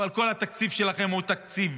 אבל כל התקציב שלכם הוא תקציב